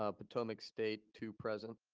ah potomac state, two present.